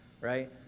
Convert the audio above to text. Right